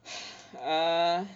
uh